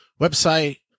website